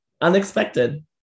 Unexpected